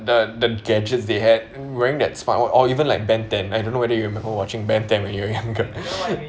the the gadgets they had wearing that smart watch or even like ben ten I don't know whether you remember watching ben ten when you were younger